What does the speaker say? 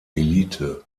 elite